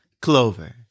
Clover